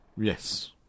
Yes